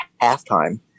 halftime